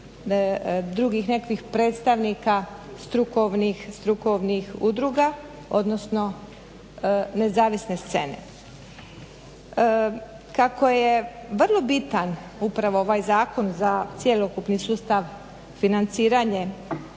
drugih nekakvih predstavnika strukovnih udruga odnosno nezavisne scene. Kako je vrlo bitan ovaj zakon za cjelokupni sustav financiranje